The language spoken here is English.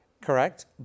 Correct